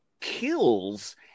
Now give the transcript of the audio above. kills